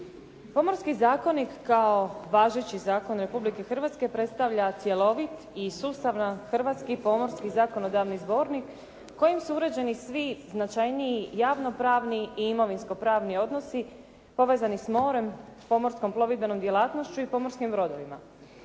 Pomorski zakonik kao važeći zakon Republike Hrvatske predstavlja cjelovit i sustavan hrvatski pomorski zakonodavni zbornik kojim su uređeni svi značajniji javnopravni i imovinsko pravni odnosi povezani s morem, pomorskom plovidbenom djelatnošću i pomorskim brodovima.